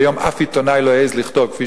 והיום אף עיתונאי לא יעז לכתוב כפי